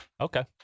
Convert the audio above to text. Okay